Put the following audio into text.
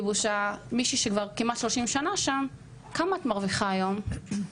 בושה מישהי שעובדת כבר 30 שנה שם "כמה את מרוויחה היום?",